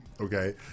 okay